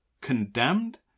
condemned